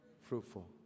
fruitful